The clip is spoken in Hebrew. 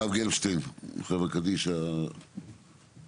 הרב גלבשטיין, חברה קדישא בירושלים.